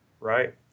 Right